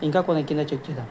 ఇంకా కొన కొంత కింద చేద్దాము